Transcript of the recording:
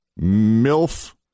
MILF